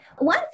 One